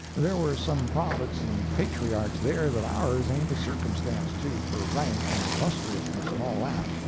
there were some prophets and patriarchs there that ours ain't a circumstance to, for rank and illustriousness and all that.